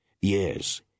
Yes